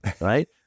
right